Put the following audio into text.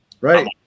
Right